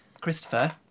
christopher